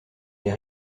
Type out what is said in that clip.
les